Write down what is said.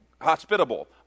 hospitable